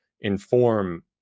inform